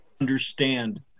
understand